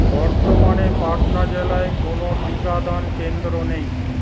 বর্তমানে পাটনা জেলায় কোনও টিকাদান কেন্দ্র নেই